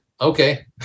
okay